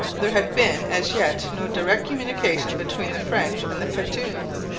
there had been as yet no direct communication between the french and the petuns,